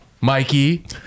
Mikey